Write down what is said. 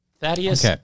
Thaddeus